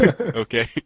okay